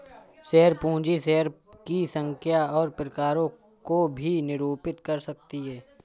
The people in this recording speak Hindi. शेयर पूंजी शेयरों की संख्या और प्रकारों को भी निरूपित कर सकती है